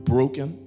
Broken